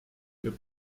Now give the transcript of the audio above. your